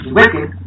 wicked